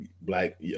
Black